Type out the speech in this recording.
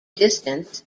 distance